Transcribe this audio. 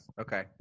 Okay